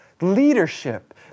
leadership